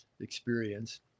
experience